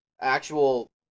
actual